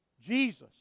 Jesus